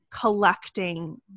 collecting